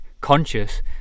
conscious